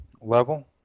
level